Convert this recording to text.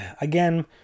Again